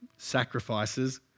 sacrifices